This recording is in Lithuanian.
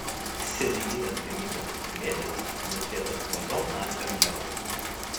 serijinės gamybos kilimėlis nusėtas mažom nacių emblemom